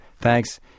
Thanks